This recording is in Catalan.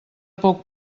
poc